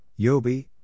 Yobi